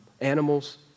animals